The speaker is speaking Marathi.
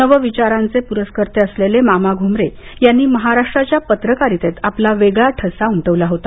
नव विचारांचे पुरस्कर्ते असलेले मामा घुमरे यांनी महाराष्ट्राच्या पत्रकारितेत आपला वेगळा ठसा उमटवला होता